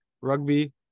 rugby